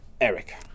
Eric